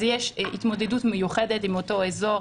אז יש התמודדות מיוחדת עם אותו אזור,